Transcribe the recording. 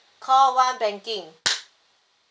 call one banking